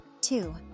Two